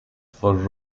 for